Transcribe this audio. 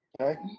Okay